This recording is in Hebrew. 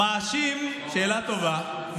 שאלה טובה.